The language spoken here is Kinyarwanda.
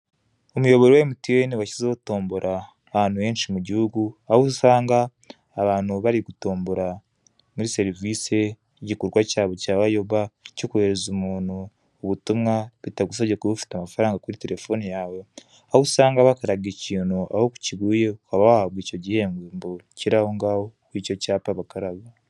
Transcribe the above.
Umuyoboro wa MTN washyizeho tombora ahantu henshi mu gihugu, aho usanga abantu bari gutombora muri serivise y'igikorwa cyabo cya "ayoba", cyo kohereza umuntu ubutumwa bitagusabye kuba ufite amafaranga kuri telefone yawe; aho usanga bakaraga ikintu aho kiguye ukaba wahabwa icyo gihembo kiri aho ngaho kuri icyo cyapa bakaraga.